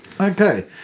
Okay